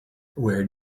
where